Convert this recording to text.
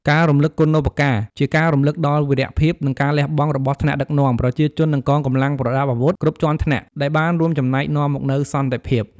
ការរំលឹកគុណូបការ ជាការរំលឹកដល់វីរភាព និងការលះបង់របស់ថ្នាក់ដឹកនាំ ប្រជាជន និងកងកម្លាំងប្រដាប់អាវុធគ្រប់ជាន់ថ្នាក់ ដែលបានរួមចំណែកនាំមកនូវសន្តិភាព។